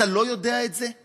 אתה לא יודע את זה?